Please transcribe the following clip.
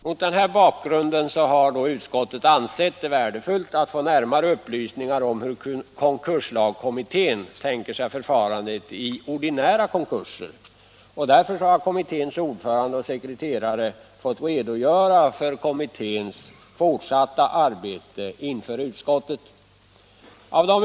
Mot denna bakgrund har utskottet ansett det värdefullt att få närmare upplysningar om hur konkurslagskommittén tänker sig förfarandet i ordinära konkurser. Kommitténs ordförande och sekreterare har därför fått redogöra för kommitténs fortsatta arbete inför utskottet.